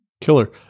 Killer